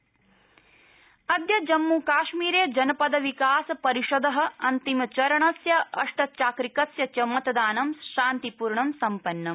जम्मूकश्मीरे निर्वाचनम् अद्य जम्म कश्मीरे जनपद विकास परिषद अन्तिचरणस्य अष्टचाक्रिकस्य च मतदानं शान्तिपूर्ण सम्पन्नम्